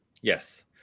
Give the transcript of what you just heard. yes